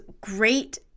great